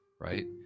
right